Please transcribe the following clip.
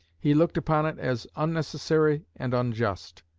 he looked upon it as unnecessary and unjust.